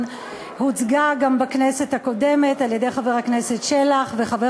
הוצגה גם בכנסת הקודמת על-ידי חבר הכנסת שלח וחבר